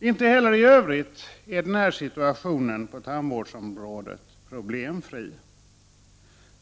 Inte heller i övrigt är situationen på tandvårdsområdet problemfri.